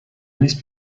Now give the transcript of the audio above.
نیست